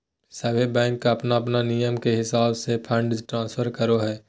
सभे बैंक अपन अपन नियम के हिसाब से फंड ट्रांस्फर करो हय